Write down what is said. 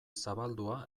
zabaldua